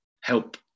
help